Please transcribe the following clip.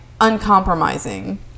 uncompromising